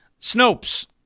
Snopes